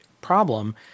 problem